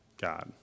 God